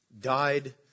died